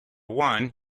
one